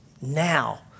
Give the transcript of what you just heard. Now